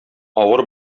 авыр